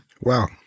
Wow